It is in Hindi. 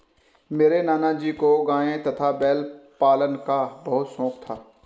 मेरे नाना जी को गाय तथा बैल पालन का बहुत शौक था